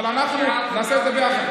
אבל אנחנו נעשה את זה ביחד.